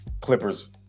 Clippers